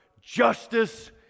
justice